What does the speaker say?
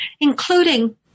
including